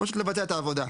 ופשוט לבצע את העבודה.